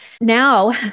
Now